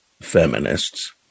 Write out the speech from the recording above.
feminists